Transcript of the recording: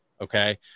okay